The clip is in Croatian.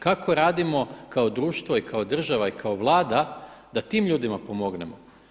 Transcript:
Kako radimo kao društvo, i kao država, i kao Vlada da tim ljudima pomognemo?